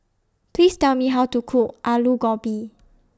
Please Tell Me How to Cook Alu Gobi